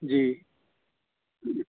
جی